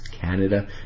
Canada